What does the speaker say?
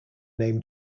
name